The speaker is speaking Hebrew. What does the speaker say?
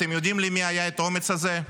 אתם יודעים למי היה את האומץ הזה?